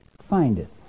findeth